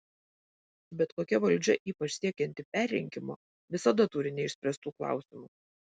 bet kokia valdžia ypač siekianti perrinkimo visada turi neišspręstų klausimų